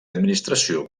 administració